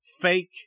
fake